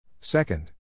Second